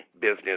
business